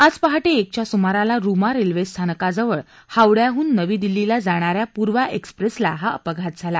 आज पहाटे एकच्या सुमाराला रुमा रेल्वे स्थानकाजवळ हावड्याहून नवी दिल्लीला जाणा या पूर्वा एक्सप्रेसला हा अपघात झाला